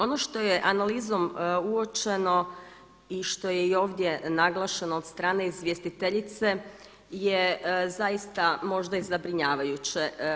Ono što je analizom uočeno i što je i ovdje naglašeno od strane izvjestiteljice je zaista možda i zabrinjavajuće.